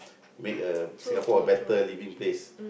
make a Singapore a better living place